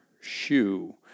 shoe